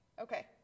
Okay